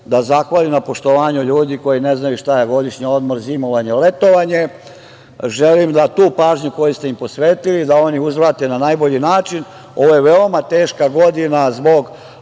da zahvalim na poštovanju ljudi koji ne znaju ni šta je godišnji odmor, zimovanjme, letovanje. Želim da tu pažnju koju ste im posvetili da oni uzvrate na najbolji način. Ovo je veoma teška godina zbog